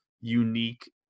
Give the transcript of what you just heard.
unique